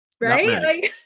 Right